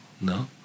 no